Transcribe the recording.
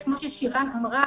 כמו ששירה אמרה,